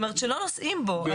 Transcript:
כלומר שלא נוסעים בו,